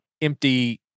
empty